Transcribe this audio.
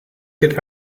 get